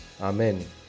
Amen